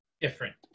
different